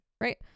Right